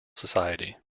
society